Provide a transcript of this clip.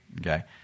okay